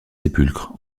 sépulcre